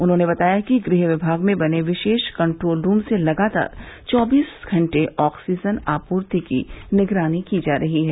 उन्होंने बताया कि गृह विभाग में बने विशेष कन्ट्रोल रूम से लगातार चौबीस घंटे ऑक्सीजन आपूर्ति की निगरानी की जा रही है